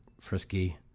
frisky